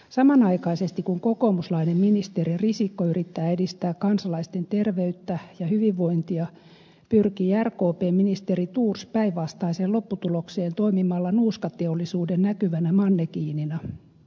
samanaikaisesti kun kokoomuslainen ministeri risikko yrittää edistää kansalaisten terveyttä ja hyvinvointia pyrkii rkpn ministeri thors päinvastaiseen lopputulokseen toimimalla nuuskateollisuuden näkyvänä mannekiinina